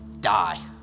die